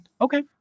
Okay